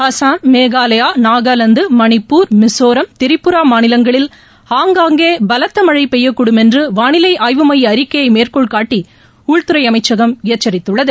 அசாம் மேகாலயா நாகாலாந்து மணிப்பூர் மிசோராம் திரிபுரா மாநிலங்களில் ஆங்காங்கே பலத்தமழை பெய்யக்கூடும் என்று வானிலை ஆய்வு மைய அறிக்கையை மேற்கோள்காட்டி உள்துறை அமைச்சகம் எச்சரித்துள்ளது